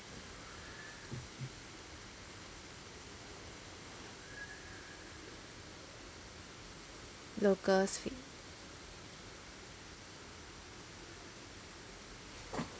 locals fa~